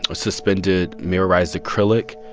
ah suspended mirrorized acrylic.